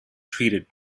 treated